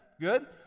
Good